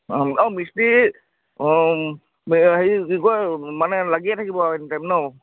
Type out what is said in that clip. অঁ আও মিষ্ট্ৰী অঁ এই হেৰি কি কয় মানে লাগিয়ে থাকিব এনি টাইম নহ্